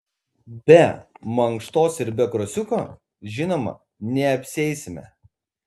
be mankštos ir be krosiuko žinoma neapsieisime